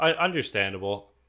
Understandable